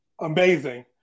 Amazing